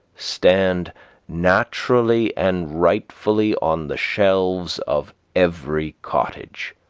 stand naturally and rightfully on the shelves of every cottage.